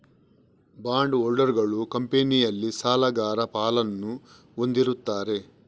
bond ಹೋಲ್ಡರುಗಳು ಕಂಪನಿಯಲ್ಲಿ ಸಾಲಗಾರ ಪಾಲನ್ನು ಹೊಂದಿರುತ್ತಾರೆ